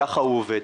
ככה הוא עובד.